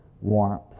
warmth